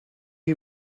you